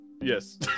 yes